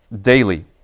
daily